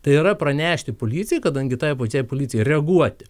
tai yra pranešti policijai kadangi tai pačiai policijai reaguoti